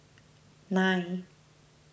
nine